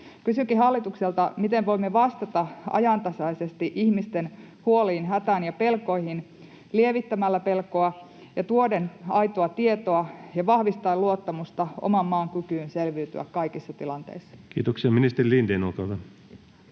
Kysynkin hallitukselta: miten voimme vastata ajantasaisesti ihmisten huoliin, hätään ja pelkoihin lievittämällä pelkoa ja tuoden aitoa tietoa ja vahvistaen luottamusta oman maan kykyyn selviytyä kaikissa tilanteissa? Kiitoksia. — Ministeri Lindén, olkaa hyvä.